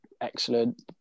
excellent